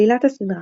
עלילת הסדרה